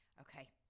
Okay